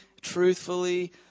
truthfully